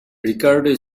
ricardo